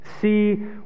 see